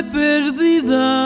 perdida